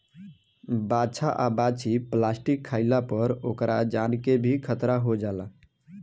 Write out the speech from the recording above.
बाछा आ बाछी प्लास्टिक खाइला पर ओकरा जान के भी खतरा हो जाला